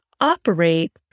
operate